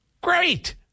Great